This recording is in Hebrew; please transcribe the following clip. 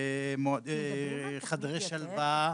חדרי שלווה.